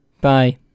Bye